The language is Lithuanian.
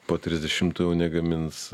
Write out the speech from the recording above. po trisdešimtų jau negamins